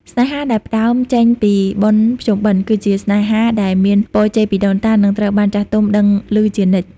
ស្នេហាដែលផ្ដើមចេញពីបុណ្យភ្ជុំបិណ្ឌ គឺជាស្នេហាដែល "មានពរជ័យពីដូនតា" និងត្រូវបានចាស់ទុំដឹងឮជានិច្ច។